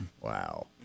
wow